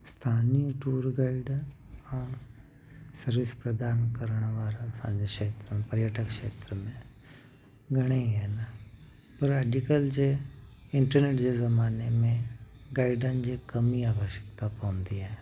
स्थानीय tour guide हा service प्रदान करण वारा असांजे खेत्रु पर्यटक खेत्र में घणेई आहिनि पर अॼुकल्ह जे इंटरनेट जे ज़माने में गाइडनि जी कम ई आवश्यकता पवंदी आहे